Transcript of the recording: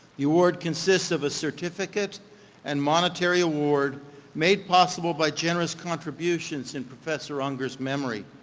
the award consists of a certificate and monetary award made possible by generous contributions in professor unger's memory.